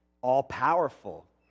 all-powerful